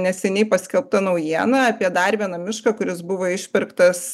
neseniai paskelbta naujiena apie dar vieną mišką kuris buvo išpirktas